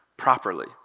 Properly